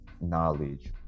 knowledge